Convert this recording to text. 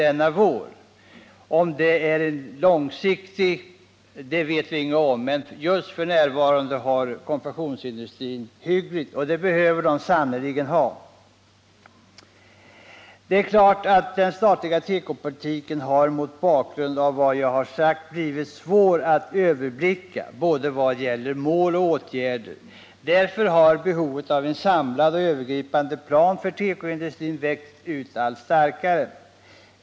Om det är en förändring på lång sikt eller inte vet vi ingenting om. Men f.n. har konfektionsindustrin det hyggligt, och det behöver den sannerligen ha. Den statliga tekopolitiken har mot den bakgrund jag här beskrivit blivit svår att överblicka vad gäller både mål och åtgärder. Därför har behovet av en samlad och övergripande plan för tekoindustrin växt sig allt starkare.